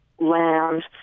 land